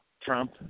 Trump